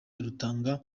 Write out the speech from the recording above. rutanga